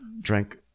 drank